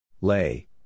Lay